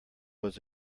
was